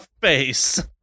face